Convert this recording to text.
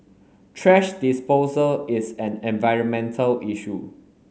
thrash disposal is an environmental issue